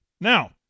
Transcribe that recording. Now